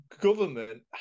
government